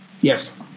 Yes